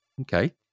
Okay